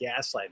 gaslighting